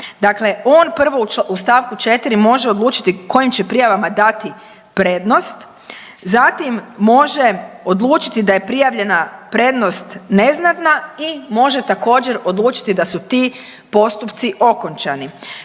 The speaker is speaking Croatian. Dakle, on prvo u st. 4. može odlučiti kojim će prijavama dati prednost, zatim može odlučiti da je prijavljena prednost neznatna i može također odlučiti da su ti postupci okončani.